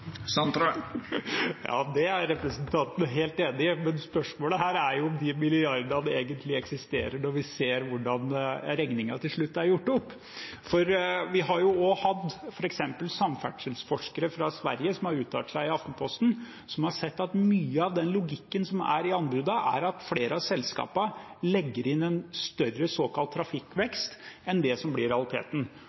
Ja, det er representanten helt enig i. Men spørsmålet her er jo om de milliardene egentlig eksisterer, når vi ser hvordan regningen til slutt er gjort opp. Vi har jo også hatt f.eks. samferdselsforskere fra Sverige som har uttalt seg i Aftenposten, og som har sett at mye av logikken i anbudene er at flere av selskapene legger inn en større såkalt trafikkvekst enn det som blir realiteten.